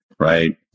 Right